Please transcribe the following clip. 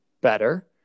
better